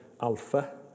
Alpha